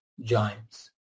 giants